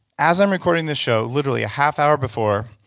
as i'm recording this show, literally a half-hour before,